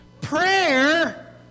Prayer